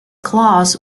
claws